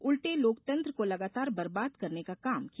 उलटे लोकतंत्र को लगातार बर्बाद करने का काम किया